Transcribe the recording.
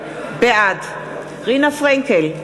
בעד רינה פרנקל,